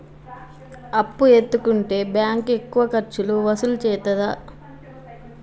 అప్పు ఎత్తుకుంటే బ్యాంకు ఎక్కువ ఖర్చులు వసూలు చేత్తదా?